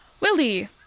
Willie